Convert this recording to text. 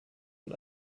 und